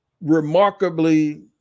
remarkably